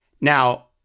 Now